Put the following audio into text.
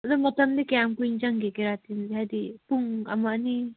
ꯑꯗꯣ ꯃꯇꯝꯗꯤ ꯀꯌꯥꯝ ꯀꯨꯏꯅ ꯆꯪꯈꯤꯒꯦ ꯍꯥꯏꯗꯤ ꯄꯨꯡ ꯑꯃ ꯑꯅꯤ